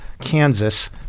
Kansas